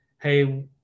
Hey